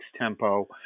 tempo